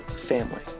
family